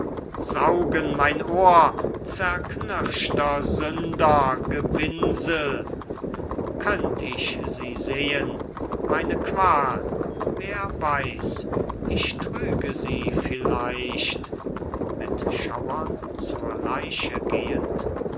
saugen mein ohr zerknirschter sünder gewinsel könnt ich sie sehen meine qual wer weiß ich trüge sie vielleicht mit schauern zur leiche gehend